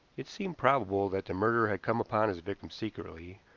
it seemed probable that the murderer had come upon his victim secretly,